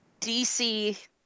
DC